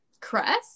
Crest